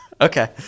Okay